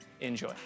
Enjoy